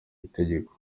itegeko